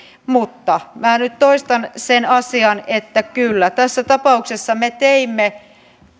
mutta minä nyt toistan sen asian että kyllä tässä tapauksessa me teimme